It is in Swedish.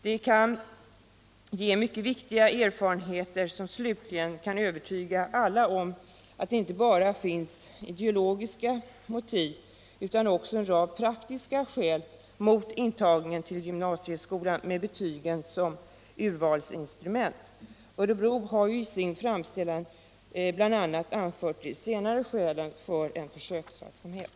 Den kan ge mycket viktiga erfarenheter som slutligen kan övertyga alla om att det inte bara finns ideologiska motiv utan också en rad praktiska skäl mot intagning till gymnasieskolan med betygen som urvalsinstrument. Örebro har ju i sin framställan bl.a. anfört de senare skälen för en försöksverksamhet.